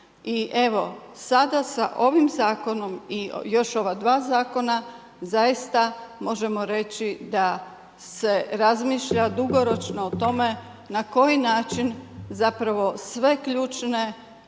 I evo, sada sa ovim zakonom i još ova dva zakona zaista možemo reći da se razmišlja dugoročno o tome na koji način zapravo sve ključne